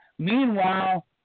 meanwhile